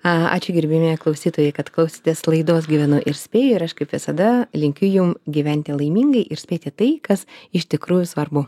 ačiū gerbiamieji klausytojai kad klausėtės laidos gyvenu ir spėju ir aš kaip visada linkiu jum gyventi laimingai ir spėti tai kas iš tikrųjų svarbu